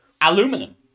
aluminum